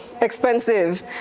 Expensive